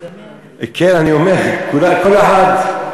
כן, אני אומר, כל אחד.